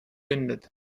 windet